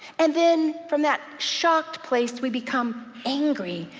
and then from that shocked place we become angry,